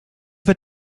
wird